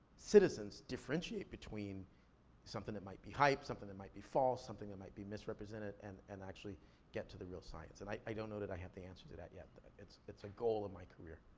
citizens differentiate between something that might be hype, something that might be false, something that might be misrepresented and and actually get to the real science? and i don't know that i have the answer to that yet. it's it's a goal of my career.